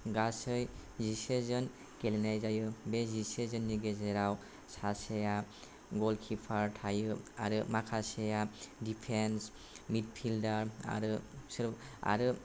गासै जिसेजोन गेलेनाय जायो बे जिसेजोननि गेजेराव सासेया ग'लकिपार थायो आरो माखासेया दिफेन्स मिडफिल्डार आरो